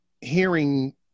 hearing